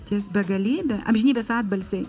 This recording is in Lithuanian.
ties begalybe amžinybės atbalsiai